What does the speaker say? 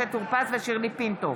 משה טור פז ושירלי פינטו